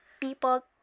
people